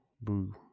boo